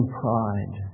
pride